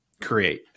create